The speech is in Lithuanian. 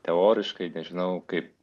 teoriškai nežinau kaip